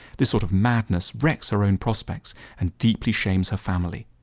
this sort of madness wrecks her own prospects and deeply shames her family.